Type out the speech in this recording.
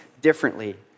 differently